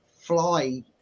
fly